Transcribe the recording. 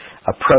approach